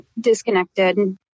disconnected